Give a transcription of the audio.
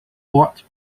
brought